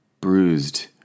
bruised